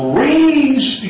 raise